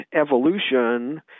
evolution